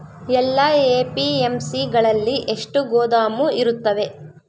ಎಲ್ಲಾ ಎ.ಪಿ.ಎಮ್.ಸಿ ಗಳಲ್ಲಿ ಎಷ್ಟು ಗೋದಾಮು ಇರುತ್ತವೆ?